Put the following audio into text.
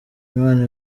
imana